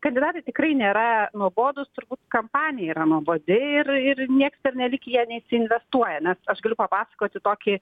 kandidatai tikrai nėra nuobodūs turbūt kampanija yra nuobodi ir ir nieks pernelyg į ją neįsiinvestuoja nes aš galiu papasakoti tokį